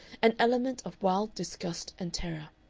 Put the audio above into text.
an element of wild disgust and terror.